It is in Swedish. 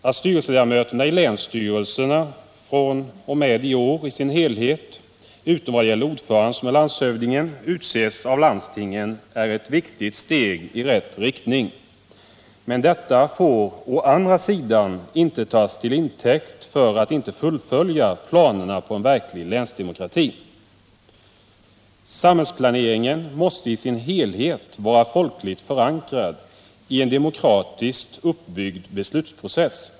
Att styrelseledamöterna i länsstyrelserna fr.o.m. i år i sin helhet, utom ordföranden som är landshövdingen, utses av landstingen är ett viktigt steg i rätt riktning. Men detta får å andra sidan inte tas till intäkt för att inte fullfölja planerna på en verklig länsdemokrati. Samhällsplaneringen måste i sin helhet vara folkligt förankrad i en demokratiskt uppbyggd beslutsprocess.